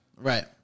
Right